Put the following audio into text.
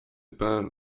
burn